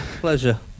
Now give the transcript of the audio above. pleasure